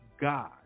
God